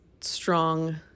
strong